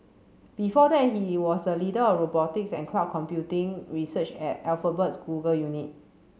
before that he was the leader of robotics and cloud computing research at Alphabet's Google unit